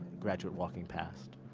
graduate walking past.